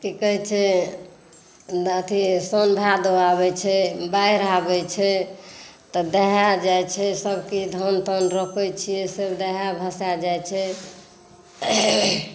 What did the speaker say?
की कहै छै अथि सौन भादव आबै छै बाढ़ि आबै छै तऽ दहा जाइ छै सब किछु धान तान रोपै छियै से सब दहा भसा जाइ छै